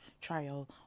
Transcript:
trial